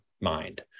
mind